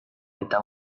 eta